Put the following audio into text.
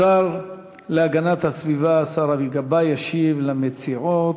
השר להגנת הסביבה, השר אבי גבאי, ישיב למציעות.